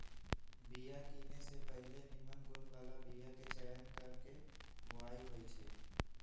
बिया किने से पहिले निम्मन गुण बला बीयाके चयन क के बोआइ होइ छइ